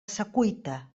secuita